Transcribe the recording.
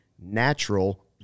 natural